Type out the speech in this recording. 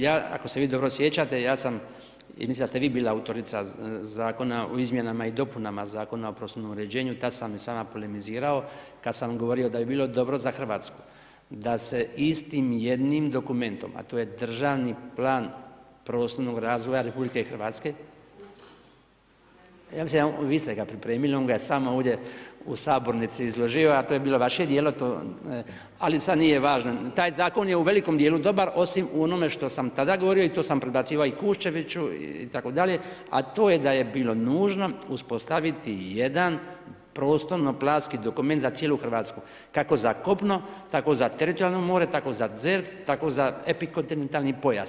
Ja ako se vi dobro sjećate ja sam i mislim da ste vi bila autorica Zakona o izmjenama i dopunama Zakona o prostornom uređenju, tad sam s vama polemizirao, kad sam govorio da bi bilo dobro za Hrvatsku da se istim jednim dokumentom, a to je Državni plan prostornog razvoja Republike Hrvatske, ja mislim, vi ste ga pripremili on ga je samo ovdje u sabornici izložio, a to je bilo vaše djelo, ali sad nije važno, taj zakon je u velikom dijelu dobar osim u onome što sam tada govorio i to sam predbacivao i Kuščeviću itd., a to je da je bilo nužno uspostaviti jedan prostorno planski dokument za cijelu Hrvatsku, kako za kopno, tako za teritorijalno more tako za ZERP, tako za epikontinentalni pojas.